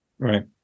Right